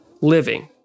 living